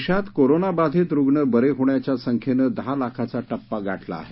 देशात कोरोनाबाधित रुग्ण बरे होण्याच्या संख्येनं दहा लाखाचा टप्पा गाठला आहे